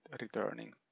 returning